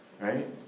right